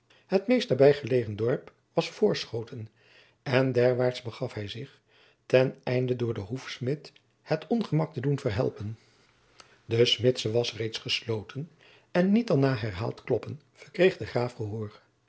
het meest nabij gelegen dorp was voorschoten en derwaart begaf hij zich ten einde door den hoefsmid het ongemak te doen verhelpen de smidse was reeds gesloten en niet dan na herhaald kloppen verkreeg de